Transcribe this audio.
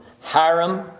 Hiram